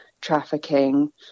trafficking